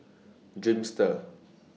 Dreamster